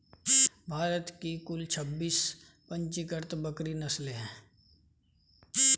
भारत में कुल छब्बीस पंजीकृत बकरी नस्लें हैं